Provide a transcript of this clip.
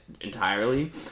entirely